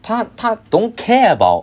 她她 don't care about